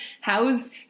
how's